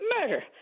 murder